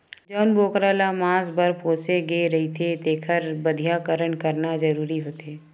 जउन बोकरा ल मांस बर पोसे गे रहिथे तेखर बधियाकरन करना जरूरी होथे